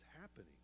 happening